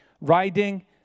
riding